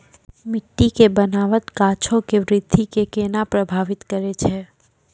मट्टी के बनावट गाछो के वृद्धि के केना प्रभावित करै छै?